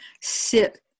sit